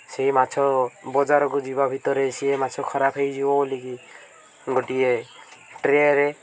ସେହି ମାଛ ବଜାରକୁ ଯିବା ଭିତରେ ସେ ମାଛ ଖରାପ ହୋଇଯିବ ବୋଲିକି ଗୋଟିଏ ଟ୍ରେରେ